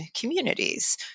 communities